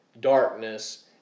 darkness